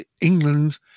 england